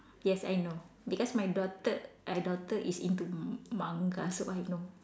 yes I know because my daughter I daughter is into m~ Manga so I know